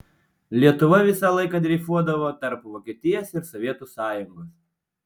lietuva visą laiką dreifuodavo tarp vokietijos ir sovietų sąjungos